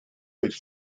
with